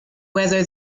whether